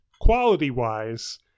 quality-wise